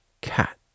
cat